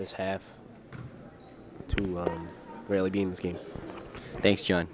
this have to really be thanks john